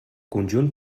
conjunt